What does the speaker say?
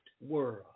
world